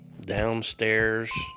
downstairs